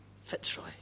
Fitzroy